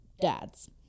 dads